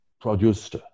produced